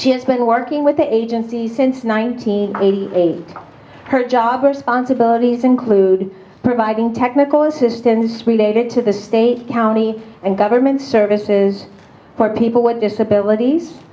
she has been working with the agency since one thousand nine hundred eighty eight her job responsibilities include providing technical assistance related to the state county and government services for people with disabilities